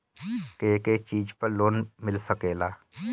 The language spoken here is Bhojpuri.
के के चीज पर लोन मिल सकेला?